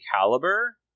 caliber